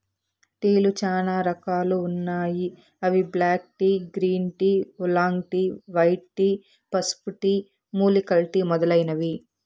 టీలు చానా రకాలు ఉన్నాయి అవి black tea, green tea, oolong tea, white tea, పసుపు టీ, మూలికల టీ మొదలైనవి